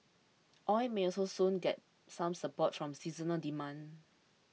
oil may also soon get some support from seasonal demand